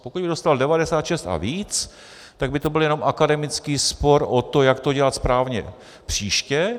Pokud by dostal 96 a víc, tak by to byl jenom akademický spor o to, jak to dělat správně příště.